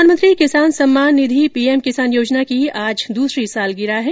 प्रधानमंत्री किसान सम्मान निधि पीएम किसान योजना की आज दूसरी सालगिरह है